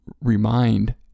remind